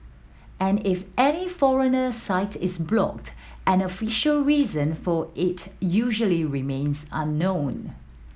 and if any foreigner site is blocked an official reason for it usually remains unknown